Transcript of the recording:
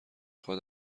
خواد